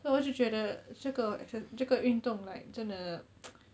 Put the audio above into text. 所以我就觉得这个这个运动 like 真的